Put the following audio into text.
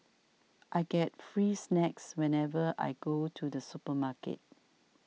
I get free snacks whenever I go to the supermarket